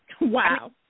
Wow